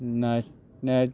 नाशण्याचें नॅट